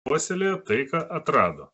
puoselėjo tai ką atrado